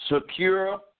Secure